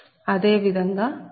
అదే విధంగా IC240